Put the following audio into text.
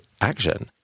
action